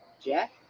Jack